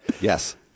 Yes